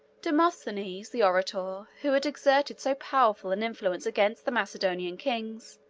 demosthenes, the orator, who had exerted so powerful an influence against the macedonian kings,